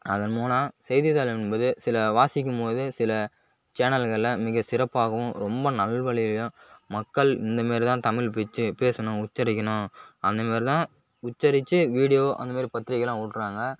அதன் மூலம் செய்தித்தாள் என்பது சில வாசிக்கும் போது சில சேனல்களில் மிக சிறப்பாகவும் ரொம்ப நல்வழியிலேயும் மக்கள் இந்த மாரிதான் தமிழ் பேச்சை பேசணும் தமிழ் உச்சரிக்கணும் அந்த மாரிதான் உச்சரித்து வீடியோ அந்த மாரி பத்திரிக்கைலாம் விட்றாங்க